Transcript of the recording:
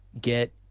get